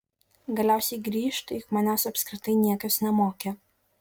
galiausiai grįžt juk manęs apskritai niekas nemokė